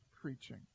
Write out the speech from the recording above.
preaching